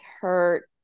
hurt